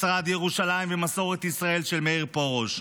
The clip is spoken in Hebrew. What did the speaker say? משרד ירושלים ומסורת ישראל של מאיר פרוש,